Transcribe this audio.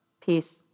Peace